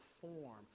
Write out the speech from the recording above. form